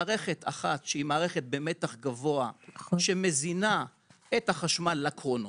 מערכת אחת שהיא מערכת במתח גבוה שמזינה את החשמל לקרונות,